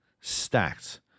stacked